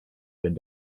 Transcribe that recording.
wenn